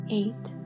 eight